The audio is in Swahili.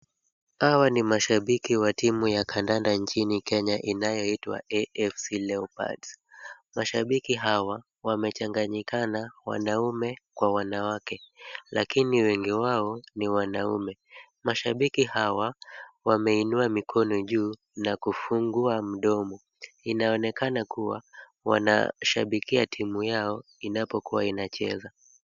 Hawa ni mashabiki wa timu ya kandanda nchini Kenya inayoitwa AFC Leopards. Mashabiki hawa wamechanganyikana wanaume kwa wanawake lakini wengi wao ni wanaume. Mashabiki hawa wameinua mikono juu na kufungua mdomo. Inaonekana kuwa wanashabikia timu yao inapokuwa inacheza.